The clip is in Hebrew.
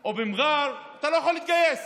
או במר'אר אתה לא יכול להתגייס,